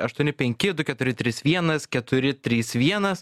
aštuoni penki du keturi trys vienas keturi trys vienas